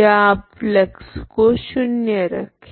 या आप फ्लक्स को शून्य रखे